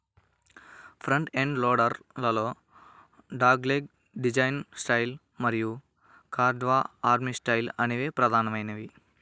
front end loader లలో dogleg design style మరియు curved arm style అనేవి ప్రధానమైనవి